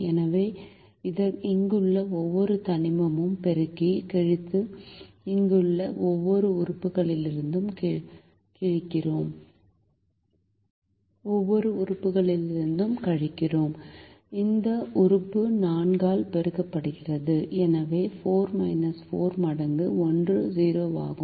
எனவே இங்குள்ள ஒவ்வொரு தனிமமும் பெருக்கி கழித்து இங்குள்ள ஒவ்வொரு உறுப்புகளிலிருந்தும் கழிக்கிறோம் இந்த உறுப்பு 4 ஆல் பெருக்கப்படுகிறது எனவே 4 4 மடங்கு 1 0 ஆகும்